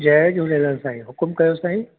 जय झूलेलाल साईं हुक़ुमु कयो साईं